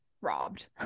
robbed